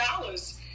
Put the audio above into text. dollars